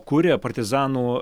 kuria partizanų